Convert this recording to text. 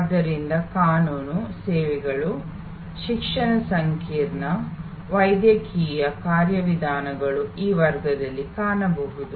ಆದ್ದರಿಂದ ಕಾನೂನು ಸೇವೆಗಳು ಶಿಕ್ಷಣ ಸಂಕೀರ್ಣ ವೈದ್ಯಕೀಯ ಕಾರ್ಯವಿಧಾನಗಳು ಈ ವರ್ಗದಲ್ಲಿ ಕಾಣಬಹುದು